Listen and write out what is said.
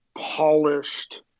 polished